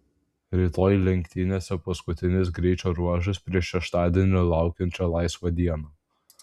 rytoj lenktynėse paskutinis greičio ruožas prieš šeštadienį laukiančią laisvą dieną